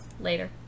later